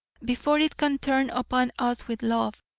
before it can turn upon us with love,